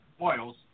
oils